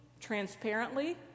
transparently